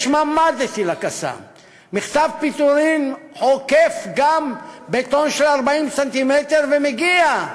יש ממ"ד לטיל ה"קסאם"; מכתב פיטורים עוקף גם בטון של 40 ס"מ ומגיע.